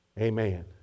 Amen